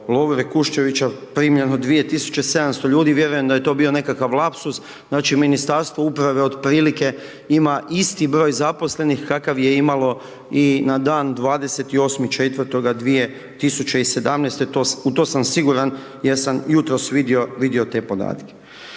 Lovre Kuščevića primljeno 2 tisuće 700 ljudi, vjerujem da je to bio nekakav lapsus, znači Ministarstvo uprave otprilike ima isti broj zaposlenih kakav je imalo i na dan 28.4.2017., u tom sam siguran jer sam jutros vidio te podatke.